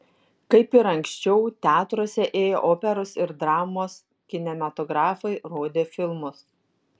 kaip ir anksčiau teatruose ėjo operos ir dramos kinematografai rodė filmus